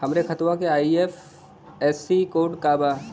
हमरे खतवा के आई.एफ.एस.सी कोड का बा?